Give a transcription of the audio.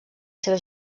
seva